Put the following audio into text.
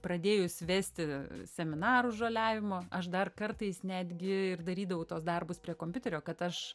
pradėjus vesti seminarus žoliavimo aš dar kartais netgi ir darydavau tuos darbus prie kompiuterio kad aš